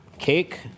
Cake